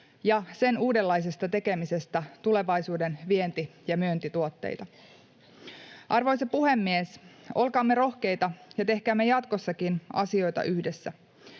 ja sen uudenlaisesta tekemisestä tulevaisuuden vienti- ja myyntituotteita. Arvoisa puhemies! Olkaamme rohkeita ja tehkäämme jatkossakin asioita yhdessä.